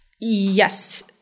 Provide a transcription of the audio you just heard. Yes